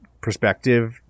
perspective